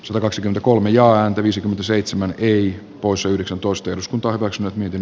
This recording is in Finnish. satakaksikymmentäkolme jaa ääntä viisikymmentäseitsemän y poissa yhdeksäntoista eduskunta hyväksynyt miten